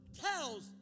tells